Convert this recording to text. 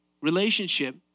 Relationship